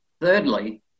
Thirdly